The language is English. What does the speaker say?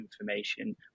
information